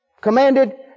commanded